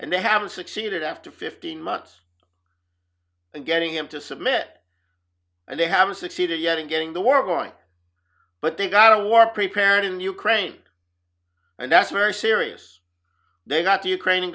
and they haven't succeeded after fifteen months getting him to submit and they haven't succeeded yet in getting the war going but they've got a war prepared in ukraine and that's very serious they've got the ukrain